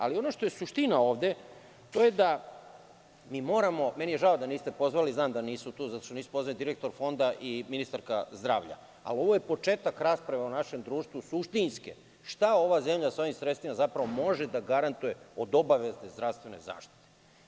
Ali, ono što je suština ovde, to je da mi moramo, meni je žao da niste pozvali direktora Fonda i ministarku zdravlja, ali ovo je početak rasprave o našem društvu, suštinske, šta ova zemlja sa ovim sredstvima zapravo može da garantuje od obavezne zdravstvene zaštite.